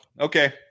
okay